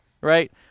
right